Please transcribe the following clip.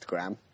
Instagram